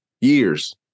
Years